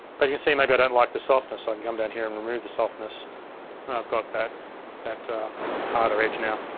but you can see maybe i don't like the softness so i can come down here and remove the softness and i've got that that harder edge now.